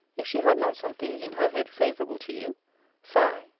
if she had not something in her head favourable to you fie!